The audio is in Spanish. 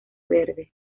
verde